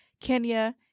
kenya